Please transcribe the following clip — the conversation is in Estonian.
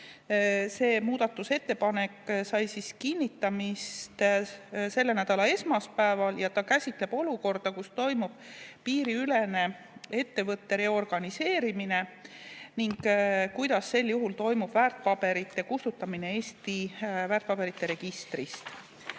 See muudatusettepanek sai kinnitamist selle nädala esmaspäeval ja see käsitleb olukorda, kus toimub piiriülene ettevõtte reorganiseerimine, ning seda, kuidas sel juhul toimub väärtpaberite kustutamine Eesti väärtpaberite registrist.